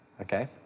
Okay